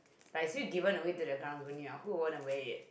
like it's already given away to the karang-guni ah who would want to wear it